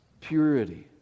purity